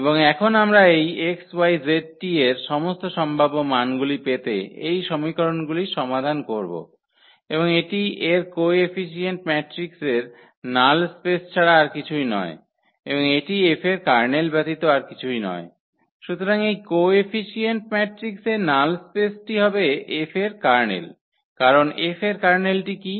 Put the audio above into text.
এবং এখন আমরা এই xyzt এর সমস্ত সম্ভাব্য মানগুলি পেতে এই সমীকরণগুলি সমাধান করব এবং এটি এর কোএফিসিয়েন্ট ম্যাট্রিক্সের নাল স্পেস ছাড়া আর কিছুই নয় এবং এটি F এর কার্নেল ব্যতীত আর কিছুই নয় সুতরাং এই কোএফিসিয়েন্ট ম্যাট্রিক্সের নাল স্পেসটি হবে F এর কার্নেল কারণ F র কার্নেলটি কি